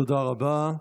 תודה רבה.